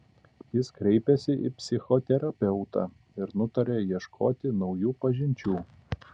jis kreipėsi į psichoterapeutą ir nutarė ieškoti naujų pažinčių